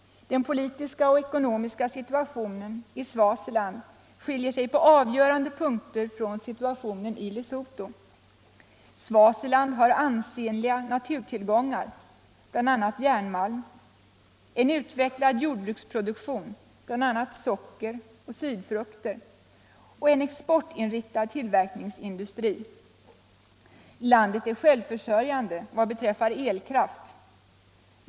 Den politiska och ekonomiska situationen i Swaziland skiljer sig på avgörande punkter från situationen i Lesotho. Swaziland har ansenliga naturtillgångar , en utvecklad jordbruksproduktion och en exportinriktad tillverkningsindustri. Landet är självförsörjande vad beträffar elkraft.